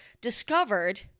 discovered